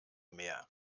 mehr